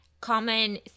common